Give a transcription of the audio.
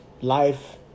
life